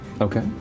Okay